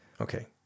Okay